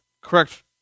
correct